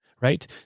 right